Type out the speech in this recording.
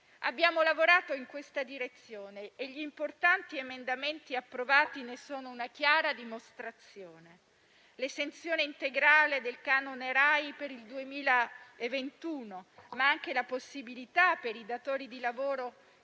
Abbiamo lavorato in questa direzione e gli importanti emendamenti approvati ne sono una chiara dimostrazione: l'esenzione integrale del canone RAI per il 2021; ma anche la possibilità, per i datori di lavoro